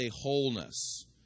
wholeness